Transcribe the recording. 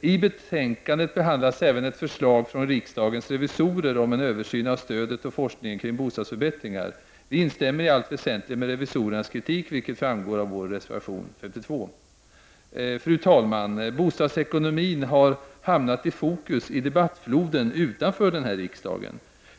I betänkandet behandlas även ett förslag från riksdagens revisorer om en översyn av stödet och forskningen kring bostadsförbättringar. Vi instämmer i allt väsentligt i revisorernas kritik, vilket framgår av vår reservation 52. Fru talman! Bostadsekonomin har hamnat i fokus i debattfloden utanför riksdagen.